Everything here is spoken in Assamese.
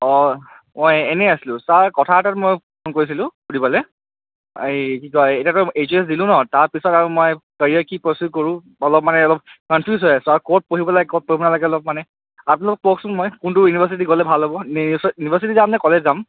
অ মই এনেই আছিলোঁ ছাৰ কথা এটাত মই ফোন কৰিছিলোঁ সুধিবলৈ এই কি কয় এতিয়াতো এইছ এছ দিলোঁ ন' তাৰপিছত আৰু মই কেৰিয়াৰ কি পাৰচ্যু কৰোঁ অলপ মানে অলপ কনফিউজড হৈ আছোঁ আৰু ক'ত পঢ়িব লাগে ক'ত পঢ়িব নালাগে অলপ মানে আপোনালোকে কওকচোন মই কোনটো ইউনিভাৰ্চিটি গ'লে ভাল হ'ব নে ইউনিভাৰ্চিটি যাম নে কলেজ যাম